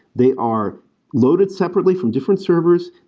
they are loaded separately from different servers.